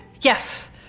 Yes